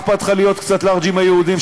אז מה אכפת לך להיות קצת לארג' עם היהודים,